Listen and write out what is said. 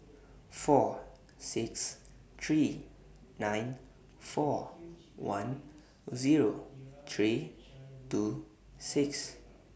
four six three nine four one Zero three two six